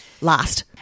last